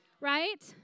right